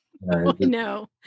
No